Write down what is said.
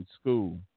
school